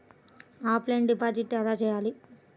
Offline deposit ఎలా చేయాలి?